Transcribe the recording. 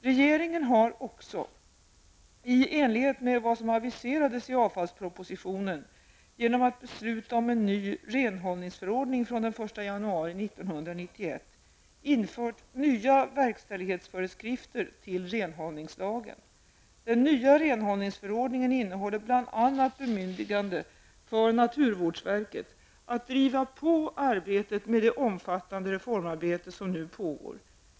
Regeringen har också, i enlighet med vad som aviserades i avfallspropositionen, genom att besluta om en ny renhållningsförordning från den 1 januari bemyndigande för naturvårdsverket att driva på arbetet med det omfattande reformarbete som nu pågår.